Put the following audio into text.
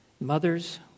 Mothers